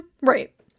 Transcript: right